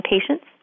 patients